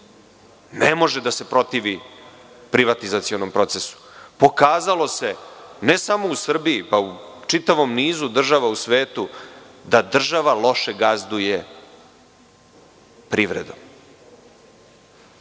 ne može da se protivi privatizacionom procesu. Pokazalo se, ne samo u Srbiji, nego u čitavom nizu država u svetu, da država loše gazduje privredom.